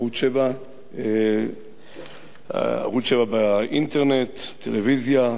ערוץ-7 באינטרנט, טלוויזיה, העיתון "בשבע"